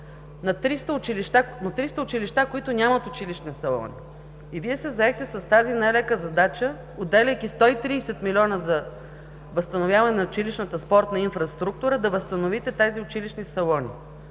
на 300 училища, които нямат училищни салони. И Вие се заехте с тази нелека задача, отделяйки 130 милиона за възстановяване на училищната спортна инфраструктура, да възстановите тези училищни салони.